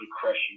crushing